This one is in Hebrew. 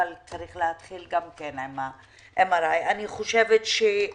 אבל צריך להתחיל עם MRI. אני חושבת שמהוועדה